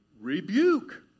Rebuke